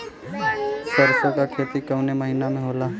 सरसों का खेती कवने महीना में होला?